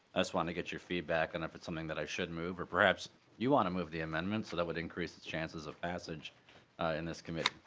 us want to get your feedback and if it's something that i should over perhaps you want to move the amendments that would increase the chances of passage and this committee.